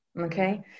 okay